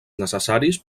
necessaris